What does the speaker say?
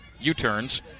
U-turns